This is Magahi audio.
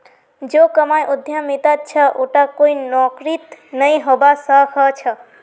जो कमाई उद्यमितात छ उटा कोई नौकरीत नइ हबा स ख छ